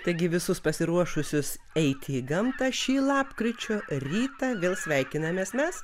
taigi visus pasiruošusius eiti į gamtą šį lapkričio rytą vėl sveikinamės mes